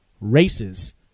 races